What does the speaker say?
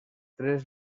tres